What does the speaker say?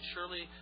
Surely